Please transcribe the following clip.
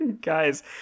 Guys